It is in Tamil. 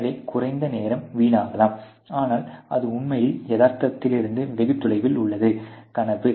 எனவே குறைந்த நேரம் வீணக்கலாம் ஆனால் அது உண்மையில் யதார்த்தத்திலிருந்து வெகு தொலைவில் உள்ள கனவு